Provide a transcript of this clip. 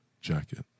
jacket